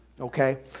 Okay